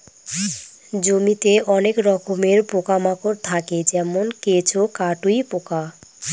জমিতে অনেক রকমের পোকা মাকড় থাকে যেমন কেঁচো, কাটুই পোকা